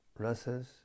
rasas